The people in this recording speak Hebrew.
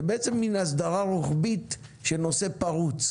זה בעצם מין הסדרה רוחבית של נושא פרוץ.